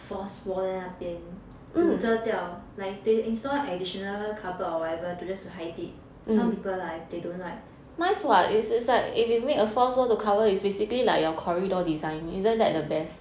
false wall 在那边 to 遮掉 like they install additional cardboard or whatever just to hide it some people like they don't like